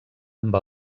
amb